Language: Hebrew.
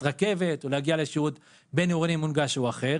רכבת או לשירות בין-עירוני מונגש שהוא אחר,